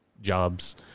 jobs